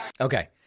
Okay